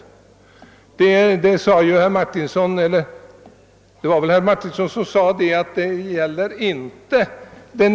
Herr Martinsson sade, att detta inte gällde den enskilde företagaren.